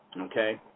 Okay